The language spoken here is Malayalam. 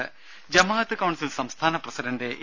ദേദ ജമാ അത്ത് കൌൺസിൽ സംസ്ഥാന പ്രസിഡണ്ട് എ